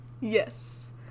yes